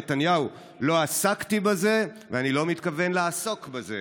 נתניהו: "לא עסקתי בזה ואני לא מתכוון לעסוק בזה".